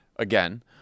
Again